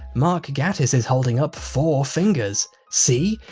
mark gatiss is holding up four fingers. see?